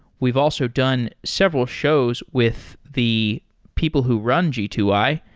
we've also done several shows with the people who run g two i,